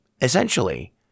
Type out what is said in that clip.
essentially